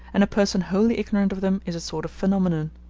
and a person wholly ignorant of them is a sort of phenomenon.